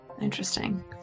Interesting